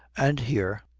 and here,